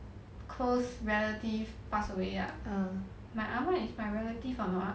close relative pass away ah my 阿嫲 is my relative or not ah